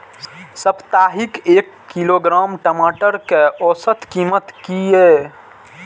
साप्ताहिक एक किलोग्राम टमाटर कै औसत कीमत किए?